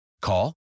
Call